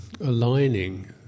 aligning